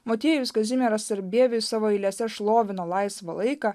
motiejus kazimieras sarbievijus savo eilėse šlovino laisvą laiką